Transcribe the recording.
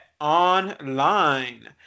Online